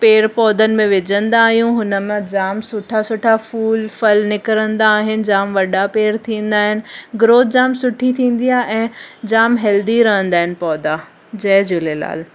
पेड़ पौधनि में विझंदा आहियूं हुनमां जामु सुठा सुठा फूल फल निकिरंदा आहिनि जामु वॾा पेड़ थींदा आहिनि ग्रोथ जामु सुठी थींदी आहे ऐं जामु हेल्दी रहंदा आहिनि पौधा जय झूलेलाल